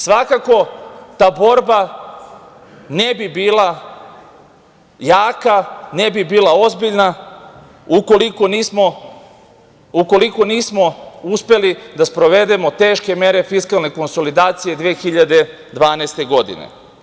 Svakako, ta borba ne bi bila jaka, ne bi bila ozbiljna, ukoliko nismo uspeli da sprovedemo teške mere fiskalne konsolidacije 2012. godine.